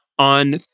on